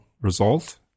result